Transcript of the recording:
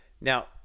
now